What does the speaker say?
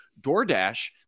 DoorDash